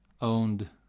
owned